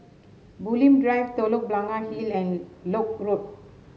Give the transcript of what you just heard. Bulim Drive Telok Blangah Hill and Lock Road